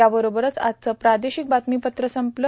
याबरोबरच आजचं प्रादेशिक बातमीपत्र संपलं